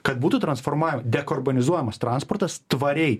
kad būtų transformavim dekarbonizuojamas transportas tvariai